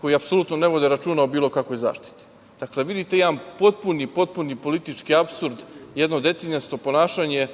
koji apsolutno ne vode računa o bilo kakvoj zaštiti. Dakle, vidite jedan potpuni, potpuni politički apsurd, jedno detinjasto ponašanje,